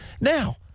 Now